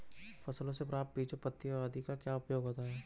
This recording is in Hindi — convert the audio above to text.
फसलों से प्राप्त बीजों पत्तियों आदि का क्या उपयोग होता है?